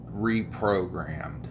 reprogrammed